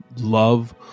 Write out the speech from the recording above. love